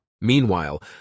Meanwhile